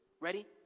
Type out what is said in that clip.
ready